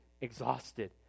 exhausted